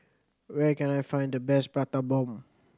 where can I find the best Prata Bomb